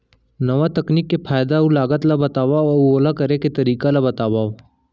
नवा तकनीक के फायदा अऊ लागत ला बतावव अऊ ओला करे के तरीका ला बतावव?